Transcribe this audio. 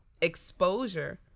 exposure